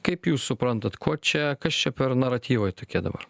kaip jūs suprantat kuo čia kas čia per naratyvai tokie dabar